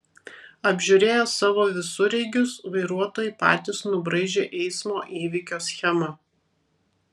apžiūrėję savo visureigius vairuotojai patys nubraižė eismo įvykio schemą